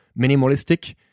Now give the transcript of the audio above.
minimalistic